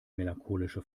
melancholische